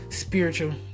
spiritual